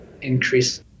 increase